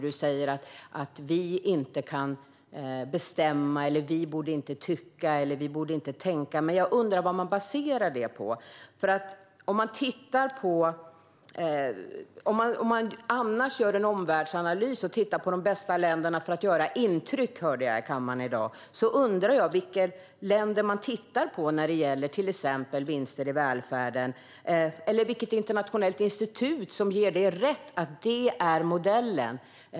Du sa att vi inte kan bestämma, tycka eller tänka, men vad baserar du det på? Om man annars gör en omvärldsanalys och tittar på de bästa länderna för att ta intryck undrar jag vilka länder du tittar på när det gäller till exempel vinster i välfärden, eller vilket internationellt institut som ger dig rätt i att det är modellen.